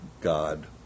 God